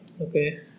Okay